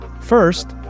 First